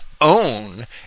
own